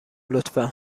لطفا